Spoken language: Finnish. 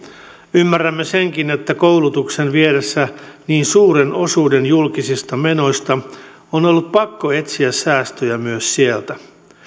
ymmärrämme senkin että koulutuksen viedessä niin suuren osuuden julkisista menoista on on ollut pakko etsiä säästöjä myös sieltä